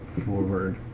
Forward